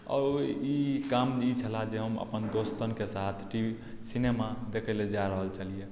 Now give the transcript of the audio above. आओर ई काम नीक छलए जे हम अपन दोस्तनके साथ सिनेमा देखै लेल जा रहल छलियै